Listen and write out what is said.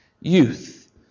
Youth